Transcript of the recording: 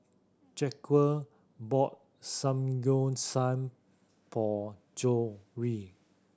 Jacquez bought Samgyeopsal for Joni